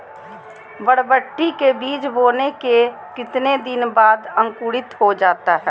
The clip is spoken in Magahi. बरबटी के बीज बोने के कितने दिन बाद अंकुरित हो जाता है?